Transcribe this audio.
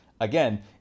again